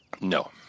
No